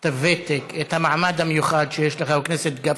את הוותק, את המעמד המיוחד שיש לחבר הכנסת גפני,